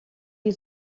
die